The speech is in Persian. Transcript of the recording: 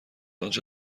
آنچه